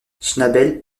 schnabel